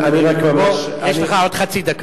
עוד חצי דקה.